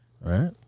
right